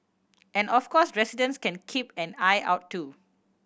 and of course residents can keep an eye out too